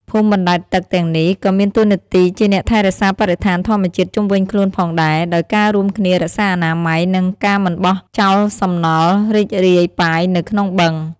ភូមិបណ្ដែតទឹកទាំងនេះក៏មានតួនាទីជាអ្នកថែរក្សាបរិស្ថានធម្មជាតិជុំវិញខ្លួនផងដែរ ដោយការរួមគ្នារក្សាអនាម័យ និងការមិនបោះចោលសំណល់រឹងរាយប៉ាយនៅក្នុងបឹង។